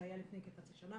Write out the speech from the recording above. זה היה לפני כחצי שנה,